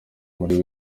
muri